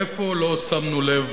איפה לא שמנו לב